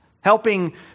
helping